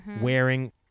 wearing